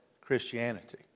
Christianity